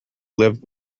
lived